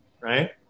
Right